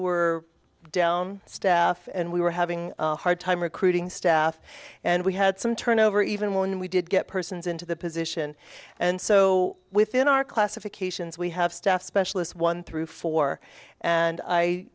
were down staff and we were having a hard time recruiting staff and we had some turnover even when we did get persons into the position and so within our classifications we have staff specialist one through four and i